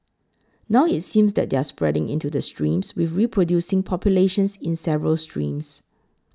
now it's seems that they're spreading into the streams with reproducing populations in several streams